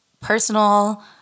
personal